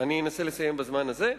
אני אנסה לסיים בזמן הזה.